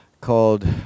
called